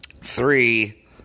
Three